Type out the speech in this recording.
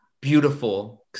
beautiful